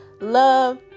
love